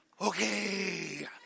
okay